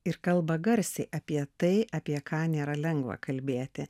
ir kalba garsiai apie tai apie ką nėra lengva kalbėti